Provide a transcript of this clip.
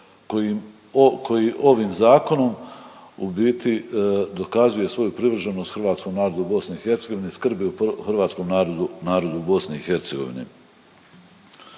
koji ovim Zakonom u biti dokazuje svoju privrženost hrvatskom narodu u BiH, skrbi o hrvatskom narodu u BiH.